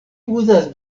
uzas